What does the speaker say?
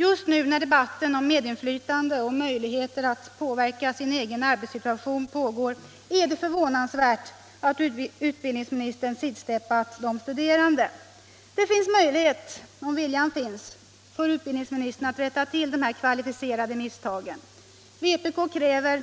Just nu, när debatten om medinflytande och möjligheter att påverka sin egen arbetssituation pågår, är det förvånansvärt att utbildningsministern sidsteppat de studerande. Det finns möjlighet, om viljan finns hos utbildningsministern, att rätta till detta kvalificerade misstag. Vpk kräver